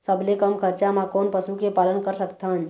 सबले कम खरचा मा कोन पशु के पालन कर सकथन?